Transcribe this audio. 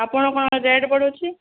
ଆପଣ କ'ଣ ରେଟ୍ ବଢ଼ୁଛି